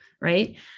right